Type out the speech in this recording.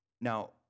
now